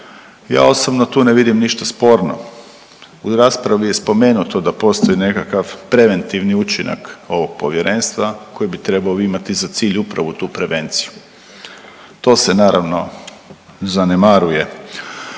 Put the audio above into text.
Ja osobno tu ne vidim ništa sporno. U raspravi je spomenuto da postoji nekakav preventivni učinak ovog povjerenstva koji bi trebao imati za cilj upravo tu prevenciju. To se naravno zanemaruje.